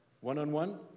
One-on-one